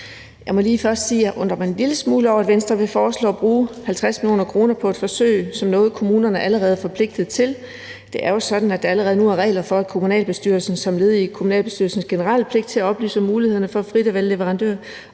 Jeg må lige først sige, at jeg undrer mig en lille smule over, at Venstre vil foreslå at bruge 50 mio. kr. på et forsøg til noget, som kommunerne allerede er forpligtede til. Det er jo sådan, at der allerede nu er regler for, at kommunalbestyrelsen som led i kommunalbestyrelsens generelle pligt til at oplyse om mulighederne for frit at vælge leverandører